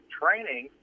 training